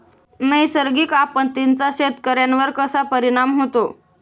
नैसर्गिक आपत्तींचा शेतकऱ्यांवर कसा परिणाम होतो?